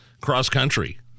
cross-country